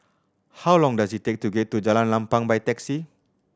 how long does it take to get to Jalan Lapang by taxi